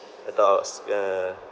I thought I was uh